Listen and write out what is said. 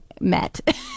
met